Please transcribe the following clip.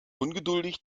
ungeduldig